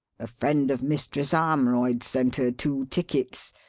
a friend of mistress armroyd's sent her two tickets,